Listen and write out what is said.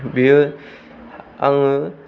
बेयो आङो